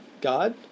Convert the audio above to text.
God